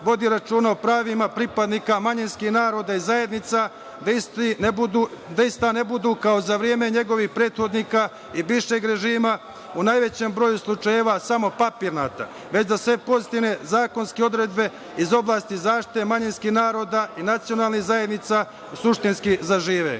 vodi računa o pravima pripadnika manjinskih naroda i zajednica, da ista ne budu kao za vreme njegovih prethodnika i bivšeg režima u najvećem broju slučajeva samo papirnata, već za sve pozitivne zakonske odredbe iz oblasti zaštite manjinskih naroda i nacionalnih zajednica suštinski zažive.